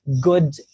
good